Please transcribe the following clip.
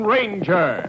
Ranger